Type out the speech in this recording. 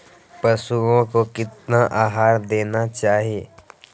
पशुओं को कितना आहार देना चाहि?